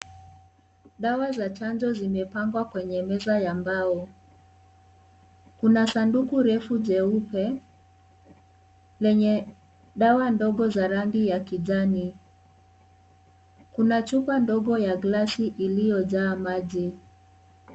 Dawa za chanjo zimepangwa kwenye meza ya mbao. Kuna sanduku refu jeupe lenye dawa ndogo za rangi ya kijani. Kuna chupa ndogo ya glass iliyojaa maji.